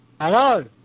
hello